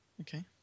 Okay